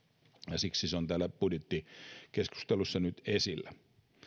ja siksi se on täällä budjettikeskustelussa nyt esillä